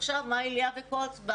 עכשיו אליה וקוץ בה